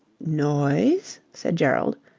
noise? said gerald,